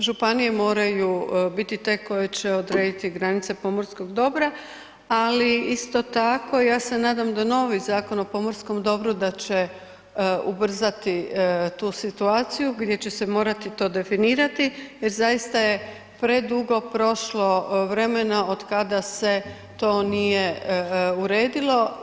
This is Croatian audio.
Tako je, županije moraju biti te koje će odrediti granice pomorskog dobra ali isto tako ja se nadam da novi Zakon o pomorskom dobru da će ubrzati tu situaciju gdje će se morati to definirati jer zaista je predugo prošlo vremena otkada se to nije uredilo.